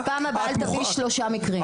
אז פעם הבאה אל תביא שלושה מקרים.